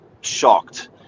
shocked